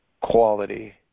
quality